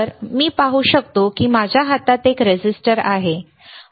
जर मी पाहू शकतो की हा माझ्या हातात एक रेझिस्टर आहे बरोबर